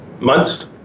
months